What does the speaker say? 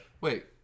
Wait